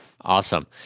Awesome